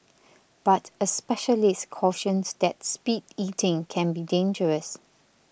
but a specialist cautions that speed eating can be dangerous